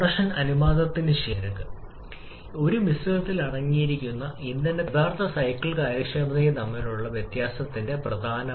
അനുബന്ധ ബന്ധം സൈക്കിൾ സമ്മർദ്ദത്തിലും ആയിരിക്കും അതിനാൽ നമുക്ക് നഷ്ടപ്പെടാം സൈക്കിൾ കാര്യക്ഷമതയും ഔട്ട്പുട്ട് കാഴ്ചപ്പാടും